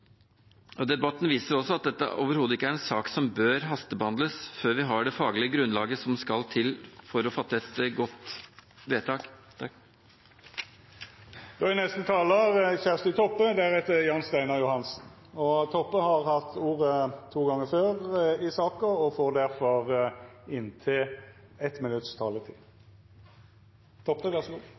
ikke. Debatten viser også at dette overhodet ikke er en sak som bør hastebehandles før vi har det faglige grunnlaget som skal til for å fatte et godt vedtak. Representanten Kjersti Toppe har hatt ordet to gonger tidlegare og får